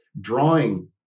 drawing